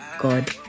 God